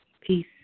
Peace